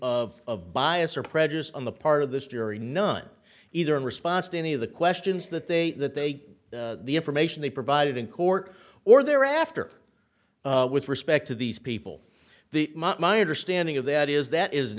of bias or prejudice on the part of this jury none either in response to any of the questions that they that they the information they provided in court or thereafter with respect to these people the my understanding of that is that is an